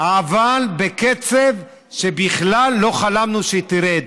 אבל בקצב שבכלל לא חלמנו שהיא תרד,